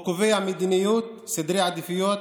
הוא קובע מדיניות, סדרי עדיפויות,